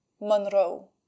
Monroe